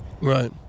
Right